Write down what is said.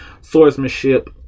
swordsmanship